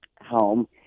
home